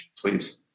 Please